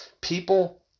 People